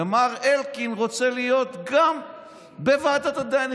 ומר אלקין רוצה להיות גם בוועדת הדיינים.